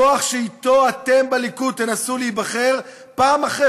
כוח שאתו אתם בליכוד תנסו להיבחר פעם אחרי